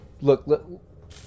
Look